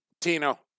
Tino